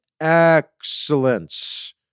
excellence